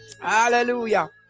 Hallelujah